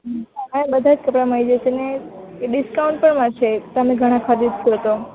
હ બધા જ કપડાં મળી જશે ને ડિસ્કાઉન્ટ પણ મળશે તમે ઘણા ખરીદશો તો